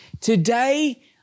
Today